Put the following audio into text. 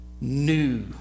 new